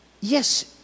yes